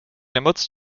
nemoc